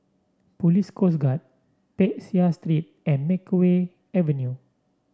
Police Coast Guard Peck Seah Street and Makeway Avenue